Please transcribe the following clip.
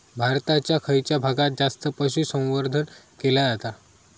भारताच्या खयच्या भागात जास्त पशुसंवर्धन केला जाता?